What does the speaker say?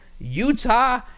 Utah